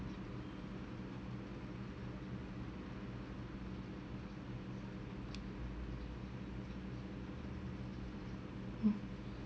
mm